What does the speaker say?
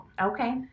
Okay